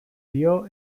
dio